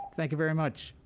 thank you very much.